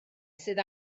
sydd